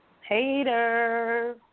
Hater